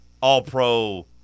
all-pro